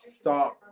start